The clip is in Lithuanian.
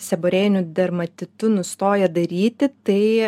seborėjiniu dermatitu nustoja daryti tai